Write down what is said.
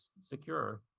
secure